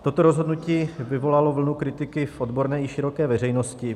Toto rozhodnutí vyvolalo vlnu kritiky v odborné i široké veřejnosti.